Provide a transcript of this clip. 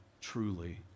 truly